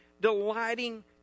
delighting